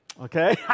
okay